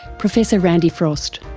professor randy frost.